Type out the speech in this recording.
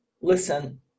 Listen